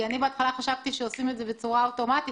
אני בהתחלה חשבתי שעושים את זה בצורה אוטומטית,